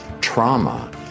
trauma